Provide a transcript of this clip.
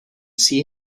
see